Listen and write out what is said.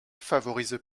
favorise